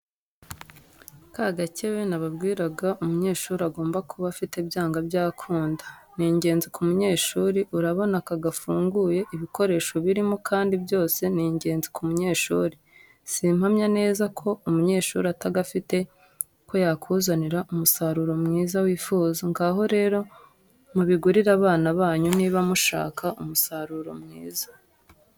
Ka gakebe nababwiraga umunyeshuri agomba kuba afite byanga byakunda, ni ingenzi ku munyeshuri urabona aka gafunguye ibikoresho birimo kandi byose ni ingenzi ku munyeshuri, simpamya neza ko umunyeshuri atagafite ko yakuzanira umusaruro mwiza wifuza, ngaho rero mubigurire abana banyu niba mushaka umusaruro mwiza.